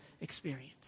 experience